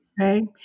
Okay